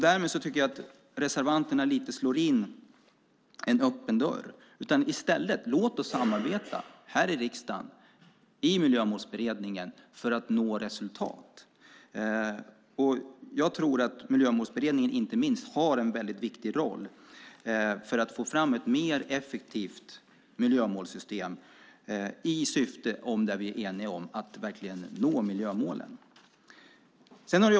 Därmed tycker jag att reservanterna lite slår in en öppen dörr. Låt oss i stället samarbeta här i riksdagen i Miljömålsberedningen för att nå resultat! Jag tror att inte minst Miljömålsberedningen har en mycket viktig roll för att få fram ett mer effektivt miljömålssystem med det syfte som vi är eniga om, att verkligen nå miljömålen.